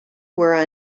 were